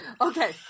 Okay